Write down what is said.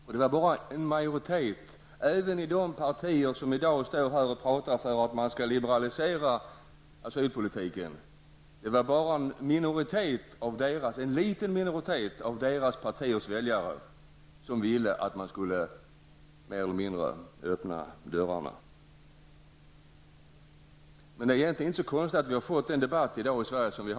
Även av de partiers väljare vilkas företrädare i riksdagen pratar för en mera liberal asylpolitik ville bara en liten minoritet att man skulle mer eller mindre öppna dörrarna. Men det är egentligen inte så konstigt att vi har fått den debatt som vi i dag har i Sverige.